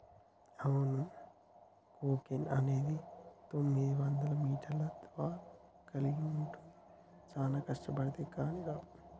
అవును కోకెన్ అనేది తొమ్మిదివందల మీటర్ల దారం కలిగి ఉంటుంది చానా కష్టబడితే కానీ రావు